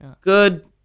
Good